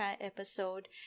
episode